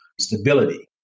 stability